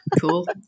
cool